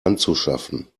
anzuschaffen